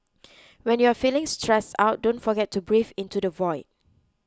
when you are feeling stressed out don't forget to breathe into the void